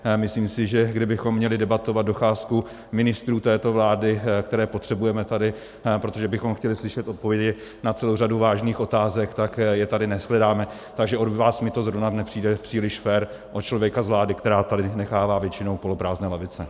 Myslím si, že kdybychom měli debatovat docházku ministrů této vlády, které potřebujeme tady, protože bychom chtěli slyšet odpovědi na celou řadu vážných otázek, tak je tady neshledáme, takže od vás mi to zrovna nepřijde příliš fér, od člověka z vlády, která tady nechává většinou poloprázdné lavice.